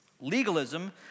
Legalism